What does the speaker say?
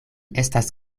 estas